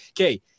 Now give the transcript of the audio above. okay